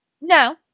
No